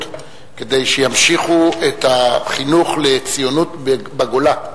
כדי שימשיכו את החינוך לציונות בגולה,